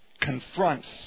confronts